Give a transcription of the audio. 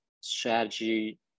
strategy